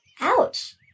Ouch